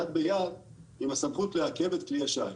יד ביד עם הסמכות לעכב את כלי השיט,